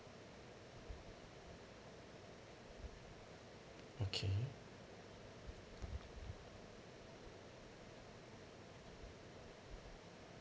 okay